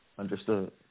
Understood